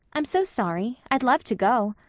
i'm so sorry. i'd love to go.